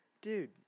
dude